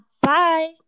Bye